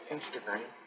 Instagram